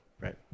Right